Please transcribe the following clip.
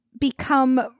become